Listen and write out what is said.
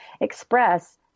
express